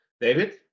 David